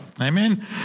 Amen